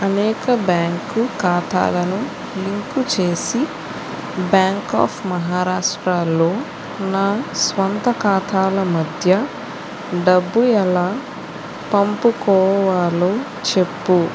అనేక బ్యాంకు ఖాతాలను లింకు చేసి బ్యాంక్ ఆఫ్ మహారాష్ట్రలో నా స్వంత ఖాతాల మధ్య డబ్బు ఎలా పంపుకోవాలో చెప్పు